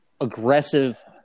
aggressive